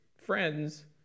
friends